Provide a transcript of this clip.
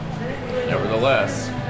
nevertheless